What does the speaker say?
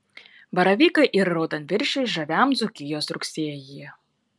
baravykai ir raudonviršiai žaviam dzūkijos rugsėjyje